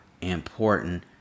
important